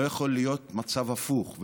לא יכול להיות מצב הפוך.